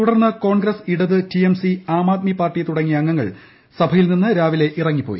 തുടർന്ന് കോൺഗ്രസ് ഇടത് ടിഎംസി ആം ആദ്മി പാർട്ടി തുടങ്ങിയ അംഗങ്ങൾ സഭയിൽ നിന്ന് രാവിലെ ഇറങ്ങിപ്പോയി